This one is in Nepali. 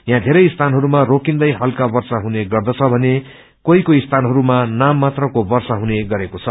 यहाँ बेरै स्थानहरूमा रोकिन्दै हल्का वर्षा हुने गर्दछ भने कोदी कोी स्थानहरूमा नाम मात्रका वर्षाहुने गरेको छ